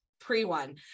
pre-one